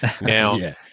Now